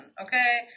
okay